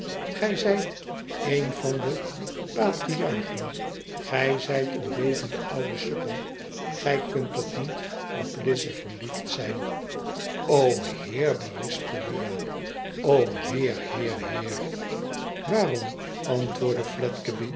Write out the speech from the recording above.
gij zijt een van de patriarchen gij zijt een bevende oude sukkel gij kunt toch niet op lize verliefd zijn o heer berispte riah o heer heer heer i waarom antwoordde